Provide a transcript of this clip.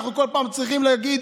אנחנו כל פעם צריכים להגיד: